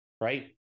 right